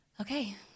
okay